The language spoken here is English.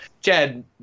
Chad